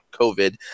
COVID